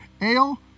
Ale